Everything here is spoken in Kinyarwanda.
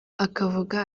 akavuga